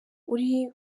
uri